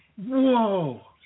whoa